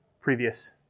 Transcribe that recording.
previous